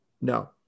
No